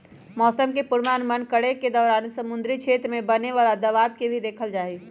मौसम के पूर्वानुमान करे के दौरान समुद्री क्षेत्र में बने वाला दबाव के भी देखल जाहई